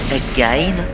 again